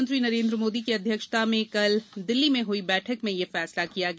प्रधानमंत्री नरेन्द्र मोदी की अध्यक्षता में कल दिल्ली में हुई बैठक में यह फैसला किया गया